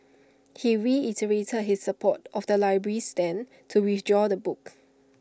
he reiterated his support of the library's stand to withdraw the books